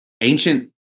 ancient